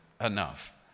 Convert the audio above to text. enough